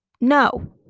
no